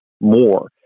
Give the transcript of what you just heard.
more